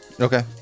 Okay